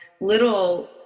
little